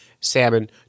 salmon